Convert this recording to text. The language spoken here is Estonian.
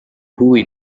huvi